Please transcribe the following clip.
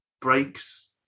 breaks